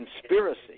conspiracy